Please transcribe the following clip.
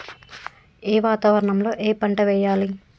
ఏ వాతావరణం లో ఏ పంట వెయ్యాలి?